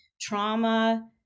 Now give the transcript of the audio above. trauma